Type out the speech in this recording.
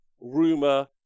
rumor